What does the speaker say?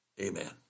Amen